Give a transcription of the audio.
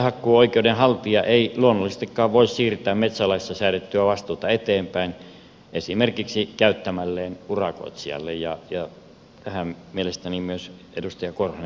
metsähakkuuoikeuden haltija ei luonnollisestikaan voi siirtää metsälaissa säädettyä vastuutaan eteenpäin esimerkiksi käyttämälleen urakoitsijalle ja tähän mielestäni myös edustaja korhonen viittasi